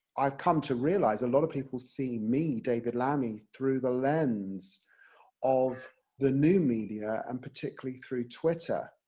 i've come to realise a lot of people see me, david lammy, through the lens of the new media, and particularly through twitter.